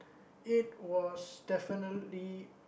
it was definitely